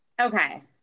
Okay